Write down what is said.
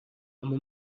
اما